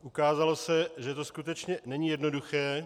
Ukázalo se, že to skutečně není jednoduché.